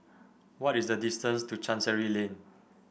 what is the distance to Chancery Lane